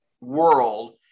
world